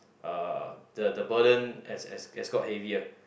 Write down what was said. uh the the burden has has has got heavier